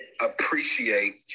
appreciate